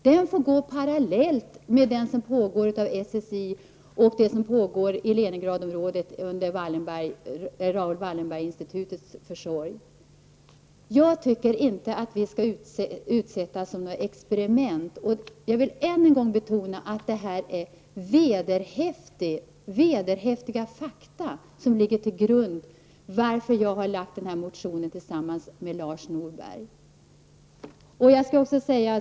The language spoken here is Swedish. Den får pågå parallellt med den som pågår inom SSI och den som pågår i Jag tycker inte att vi skall utsättas för några experiment. Och jag vill än en gång betona att det är vederhäftiga fakta som ligger till grund för att jag, tillsammans med Lars Norberg, har väckt den här motionen.